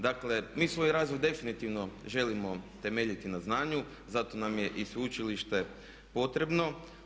Dakle mi svoj razvoj definitivno želimo temeljiti na znanju, zato nam je i sveučilište potrebno.